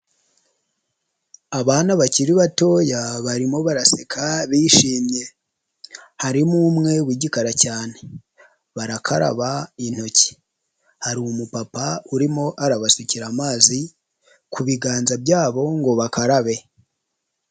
Abana bakiri batoya barimo baraseka bishimye, harimo umwe w'igikara cyane, barakaraba intoki, hari umupapa urimo arabasukira amazi ku biganza byabo ngo bakarabe.